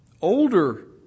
older